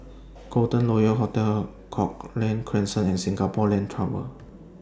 Golden Royal Hotel Cochrane Crescent and Singapore Land Tower